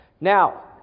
now